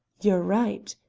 you are right,